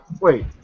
Wait